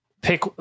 pick